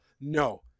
No